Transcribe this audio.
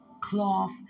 cloth